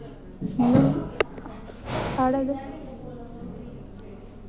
साढ़े ते